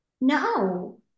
No